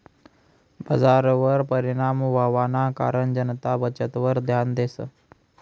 बजारवर परिणाम व्हवाना कारण जनता बचतवर ध्यान देस